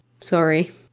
Sorry